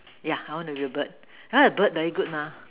yeah I want to be a bird I find the bird very good mah